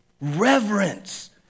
Reverence